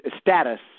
status